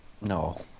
No